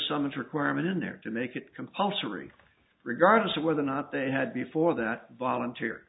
summons requirement in there to make it compulsory regardless of whether or not they had before that volunteer